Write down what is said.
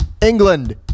England